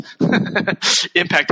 impact